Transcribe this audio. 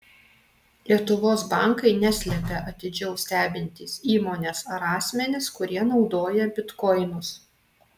lietuvos bankai neslepia atidžiau stebintys įmones ar asmenis kurie naudoja bitkoinus